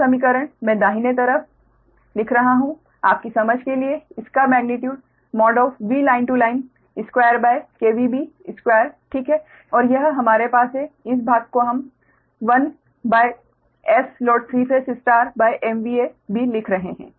यह समीकरण मैं दाहिने हाथ तरफ लिख रहा हूं आपकी समझ के लिए इसका मेग्नीट्यूड VL L2B2 ठीक है और यह हमारे पास है इस भाग को हम 1Sload3ϕMVAB लिख रहे हैं